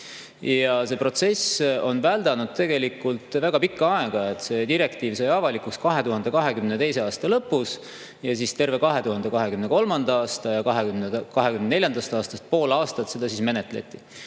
See protsess on väldanud tegelikult väga pikka aega. See direktiiv sai avalikuks 2022. aasta lõpus ja terve 2023. aasta ja 2024. aastast pool aastat seda menetleti.